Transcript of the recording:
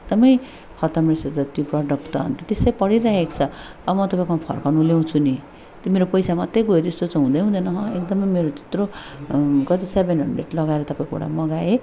एकदमै खतम रहेछ त त्यो प्रडक्ट त अन्त त्यसै पडिरहेको छ अँ म तपाईँकोमा फर्काउन ल्याउँछु नि त्यो मेरो पैसा मात्रै गयो त्यस्तो त हुँदै हुँदैन एकदमै मेरो त्यत्रो कति सेभेन हन्ड्रेड लगाएर तपाईँकोबाट मगाएँ